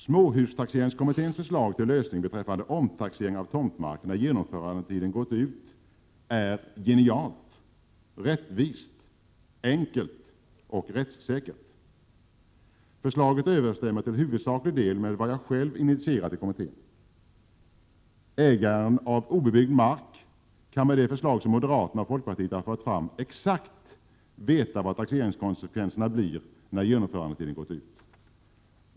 Småhustaxeringskommitténs förslag till lösning beträffande omtaxering av tomtmark när genomförandetiden gått ut är genialt, rättvist, enkelt och rättssäkert. Förslaget överensstämmer till huvudsaklig del med vad jag själv 87 Vissa frågor inför all initierat i kommittén. Ägaren av obebyggd mark kan med det förslag som moderaterna och folkpartiet har fört fram exakt veta vad taxeringskonsekvenserna blir när genomförandetiden gått ut.